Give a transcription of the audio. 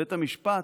לבית המשפט: